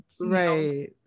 right